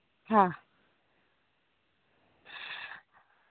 हाँ